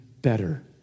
better